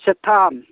सेरथाम